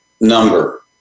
number